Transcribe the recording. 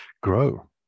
grow